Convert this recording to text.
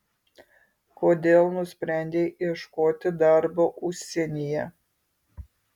kodėl nusprendei ieškoti darbo užsienyje